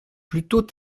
plutôt